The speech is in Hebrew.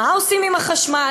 מה עושים עם החשמל,